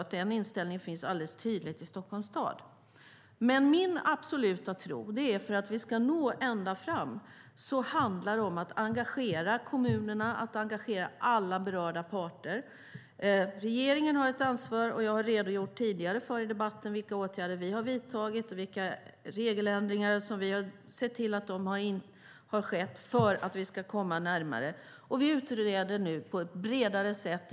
Den inställningen finns alldeles tydligt också i Stockholms stad. För att vi ska nå ända fram är det min absoluta tro att vi måste engagera kommunerna, engagera alla berörda parter. Regeringen har ett ansvar, och jag har tidigare i debatten redogjort för de åtgärder som vi vidtagit och de regeländringar som vi sett till att genomföra för att vi ska komma närmare en lösning.